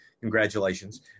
Congratulations